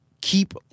keep